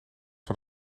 van